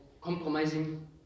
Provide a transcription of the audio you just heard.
compromising